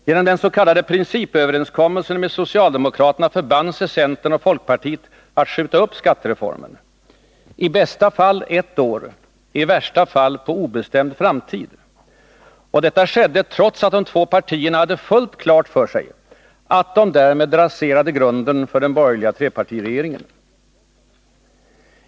Genom den s.k. principöverenskommelsen med socialdemokraterna förband sig centern och folkpartiet att skjuta upp skattereformen — i bästa fall ett år, i värsta fall på obestämd framtid. Detta skedde trots att de två partierna hade fullt klart för sig att de därmed raserade grunden för den borgerliga trepartiregeringen.